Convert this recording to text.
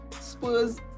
Spurs